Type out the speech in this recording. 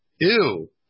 ew